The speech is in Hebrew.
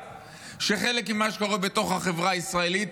שחלק ממה שקורה בתוך החברה הישראלית,